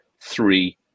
Three